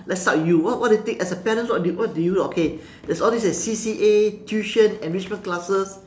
let's start with you what what do you think as a parents or do what do you okay there's all these C_C_A tuition enrichment classes